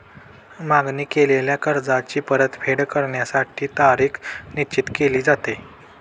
मागणी केलेल्या कर्जाची परतफेड करण्यासाठी तारीख निश्चित केली जाते